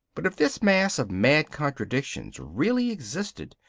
but if this mass of mad contradictions really existed,